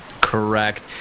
Correct